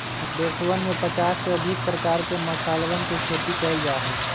देशवन में पचास से अधिक प्रकार के मसालवन के खेती कइल जा हई